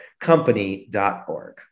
company.org